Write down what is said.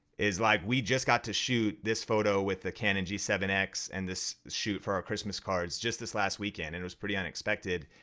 is like we just got to shoot this photo with the canon g seven x and this shoot for our christmas cards just this last weekend and it was pretty unexpected,